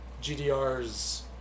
GDR's